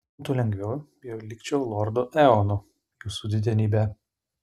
būtų lengviau jei likčiau lordu eonu jūsų didenybe